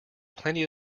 plenty